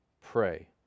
pray